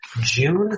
June